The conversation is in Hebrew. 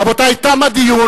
רבותי, תם הדיון.